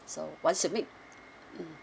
so once you make mm